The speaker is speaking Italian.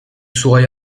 suoi